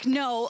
no